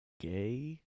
Gay